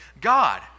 God